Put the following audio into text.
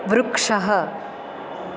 वृक्षः